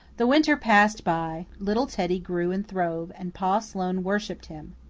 the winter passed by. little teddy grew and throve, and pa sloane worshipped him.